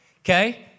Okay